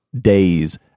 days